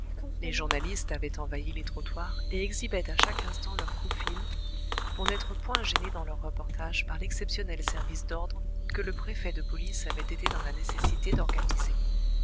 les journalistes avaient envahi les trottoirs et exhibaient à chaque instant leurs coupe files pour n'être point gênés dans leur reportage par l'exceptionnel service d'ordre que le préfet de police avait été dans la nécessité d'organiser